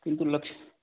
किन्तु लक्ष